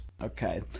Okay